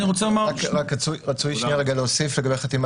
רצוי להוסיף לגבי החתימה